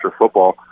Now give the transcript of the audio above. football